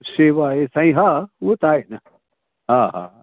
सेवा आहे साईं हा उहा त आहे हा हा